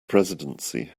presidency